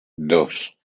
dos